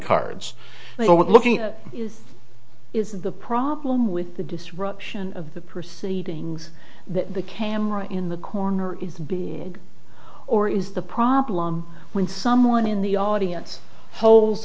we're looking at is the problem with the disruption of the proceedings the camera in the corner or is the problem when someone in the audience hol